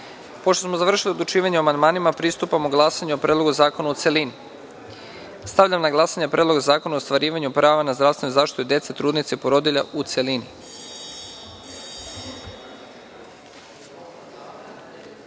smo završili odlučivanje o amandmanima pristupamo glasanju o Predlogu zakona u celini. Stavljam na glasanje Predlog zakona o ostvarivanju prava na zdravstvenu zaštitu dece, trudnica i porodilja, u celini. Molim